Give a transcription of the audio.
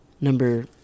number